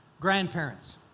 grandparents